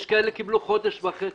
יש כאלה שקיבלו חודש וחצי,